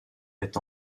est